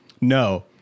No